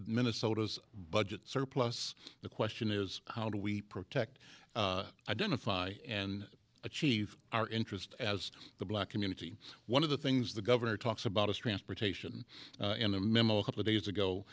minnesota's budget surplus the question is how do we protect identify and achieve our interest as the black community one of the things the governor talks about is transportation in a memo a couple days ago